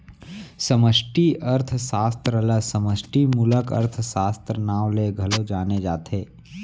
समस्टि अर्थसास्त्र ल समस्टि मूलक अर्थसास्त्र, नांव ले घलौ जाने जाथे